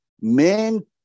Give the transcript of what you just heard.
main